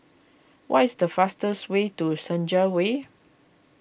what is the fastest way to Senja Way